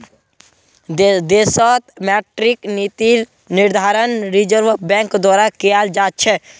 देशत मौद्रिक नीतिर निर्धारण रिज़र्व बैंक द्वारा कियाल जा छ